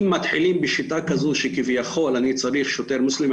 אם מתחילים בשיטה כזו שכביכול אני צריך שוטר מוסלמי